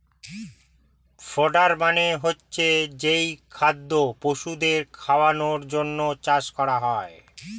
fodder মানে হচ্ছে যেই খাদ্য পশুদের খাওয়ানোর জন্যে চাষ করা হয়